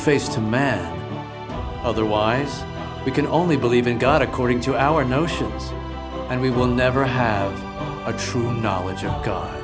face to man otherwise we can only believe in god according to our notions and we will never have a true knowledge of god